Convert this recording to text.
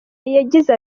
yagize